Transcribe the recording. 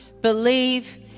believe